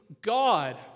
God